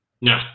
No